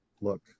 Look